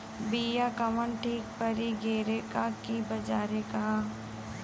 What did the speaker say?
बिया कवन ठीक परी घरे क की बजारे क?